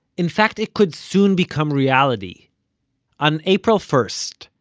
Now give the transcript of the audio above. in fact, it could soon become reality on april first,